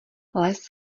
les